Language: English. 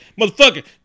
motherfucker